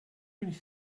really